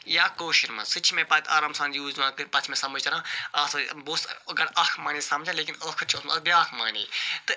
یا کٲشٕر مَنٛز سُہ تہِ چھِ مےٚ پتہٕ آرام سان یوٗز دِوان کٔرِتھ پَتہٕ چھِ مےٚ سمجھ تران اَتھ بہٕ اوسُس گۄڈٕ اکھ معنی سمجھان لیکن ٲخر چھُ اوسمُت اَتھ بیٛاکھ معنی تہٕ